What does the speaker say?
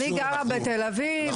אני גרה בתל אביב,